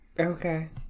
Okay